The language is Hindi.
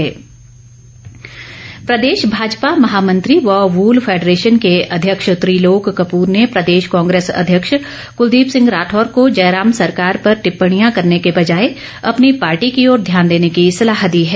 त्रिलोक कपूर प्रदेश भाजपा महामंत्री व वूल फेडरेशन के अध्यक्ष त्रिलोक कपूर ने प्रदेश कांग्रेस अध्यक्ष कूलदीप सिंह राठौर को जयराम सरकार पर टिप्पणियां करने के बजाए अपनी पार्टी की ओर ध्यान देने की सलाह दी है